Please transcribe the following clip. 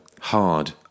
Hard